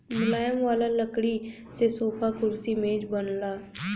मुलायम वाला लकड़ी से सोफा, कुर्सी, मेज बनला